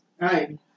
Right